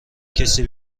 کسی